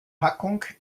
packung